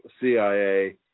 CIA